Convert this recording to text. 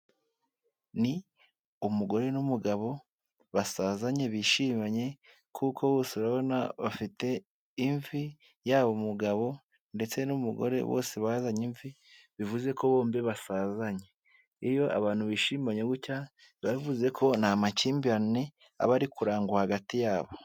Ni umugore n'umugabo basazanye bishimanye kuko bose urabona bafite imvi yaba umugabo ndetse n'umugore bose bazanye imvi, bivuze ko bombi basazanye. Iyo abantu bishimanye gutya bivuze ko nta makimbirane aba ari kurangwa hagati yabo.